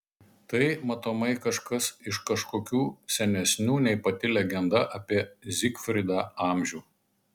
tai matomai kažkas iš kažkokių senesnių nei pati legenda apie zigfridą amžių